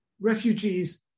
refugees